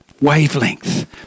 wavelength